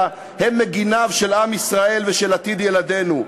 הם מגיניו של עם ישראל ושל עתיד ילדינו.